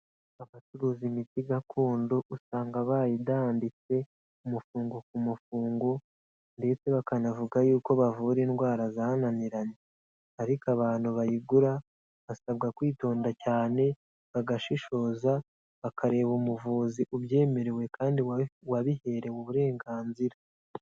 Abacuruza imiti gakondo usanga bayidanditse umufungo ku mafungo ndetse bakanavuga yuko bavura indwara zananiranye, ariko abantu bayigura basabwa kwitonda cyane bagashishoza, bakareba umuvuzi ubyemerewe kandi wabiherewe uburenganzira.